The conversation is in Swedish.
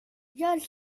jag